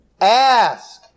Ask